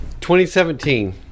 2017